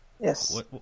yes